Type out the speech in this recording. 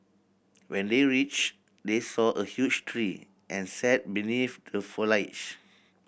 when they reached they saw a huge tree and sat beneath the foliage